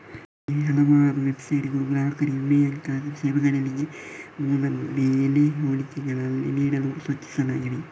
ಇತ್ತೀಚೆಗೆ ಹಲವಾರು ವೆಬ್ಸೈಟುಗಳನ್ನು ಗ್ರಾಹಕರಿಗೆ ವಿಮೆಯಂತಹ ಸೇವೆಗಳಿಗೆ ಮೂಲ ಬೆಲೆ ಹೋಲಿಕೆಗಳನ್ನು ನೀಡಲು ರಚಿಸಲಾಗಿದೆ